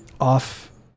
off